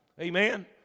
Amen